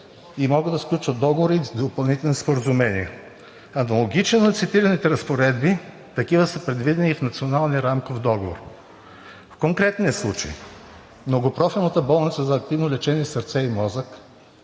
и могат да сключват договори с допълнителни споразумения. Аналогично на цитираните разпоредби такива са предвидени в Националния рамков договор. В конкретния случай Многопрофилната болница за активно лечение „Сърце и мозък“